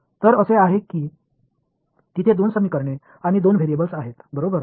तर असे आहे की तिथे दोन समीकरणे आणि दोन व्हेरिएबल्स आहेत बरोबर